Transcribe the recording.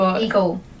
Eagle